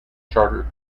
charter